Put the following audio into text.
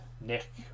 Nick